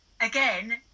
Again